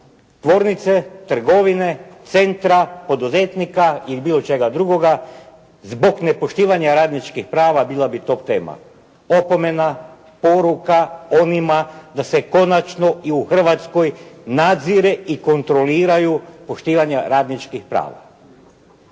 tvornice, trgovine, centra, poduzetnika ili bilo čega drugoga zbog nepoštivanja radničkih prava bila bi top tema. Opomena, poruka onima da se konačno i u Hrvatskoj nadzire i kontroliraju poštivanja radničkih prava.